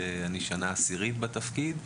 ואני שנה עשירית בתפקיד.